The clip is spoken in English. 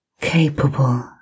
capable